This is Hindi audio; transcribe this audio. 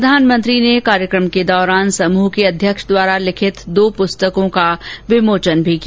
प्रधानमंत्री ने इस दौरान समूह के अध्यक्ष द्वारा लिखित दो पुस्तकों का विमोचन भी किया